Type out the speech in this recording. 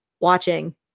watching